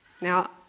Now